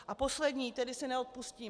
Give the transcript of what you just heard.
A poslední, které si neodpustím.